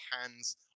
hands